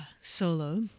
solo